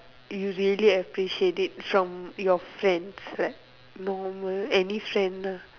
from your friends like normal any friend lah